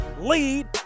lead